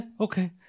Okay